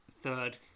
third